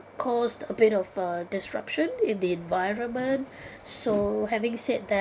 caused a bit of a disruption in the environment so having said